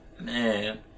man